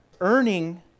earning